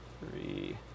three